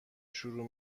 شروع